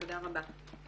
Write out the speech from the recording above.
תודה רבה.